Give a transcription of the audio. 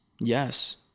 Yes